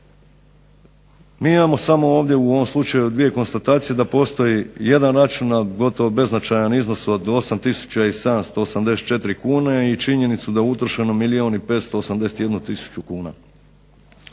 Mi imamo samo ovdje u ovom slučaju dvije konstatacije da postoji jedan račun, a gotovo beznačajan iznos od 8 tisuća i 784 kune i činjenicu da je utrošeno milijun